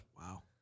Wow